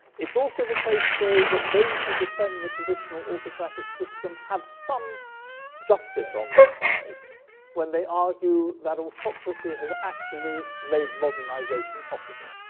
it's also the case, though, that those who defend the traditional autocratic system have some justice on their side when they argue that autocracy has actually made modernization possible.